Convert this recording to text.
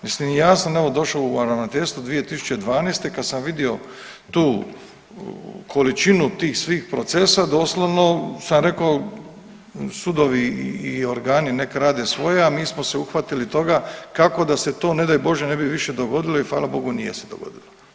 Mislim ja sam evo došao u ravnateljstvo 2012., kad sam vidio tu količinu tih svih procesa doslovno sam rekao sudovi i organi nek rade svoje, a mi smo se uhvatili toga kako da se to ne daj Bože ne bi više dogodilo i hvala Bogu nije se dogodilo.